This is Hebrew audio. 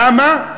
למה?